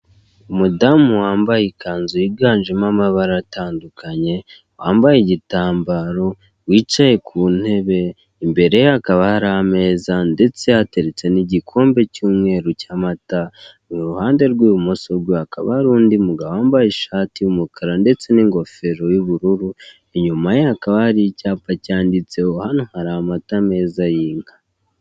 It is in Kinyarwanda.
Umudamu wambaye ikanzu yiganjemo amabara atandukanye, wambaye igitambaro, wicaye ku ntebe, imbere ye hakaba hari ameza ndetse ateretse n'igikombe cy'umweru cy'amata. Iruhande rw'ibumoso hakaba hari undi mugabo wambaye ishati y'umukara ndetse n'ingofero y'ubururu, inyuma hakaba hari icyapa cyanditseho "hano hari amata meza y'inka".